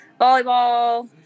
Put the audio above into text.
volleyball